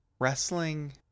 Wrestling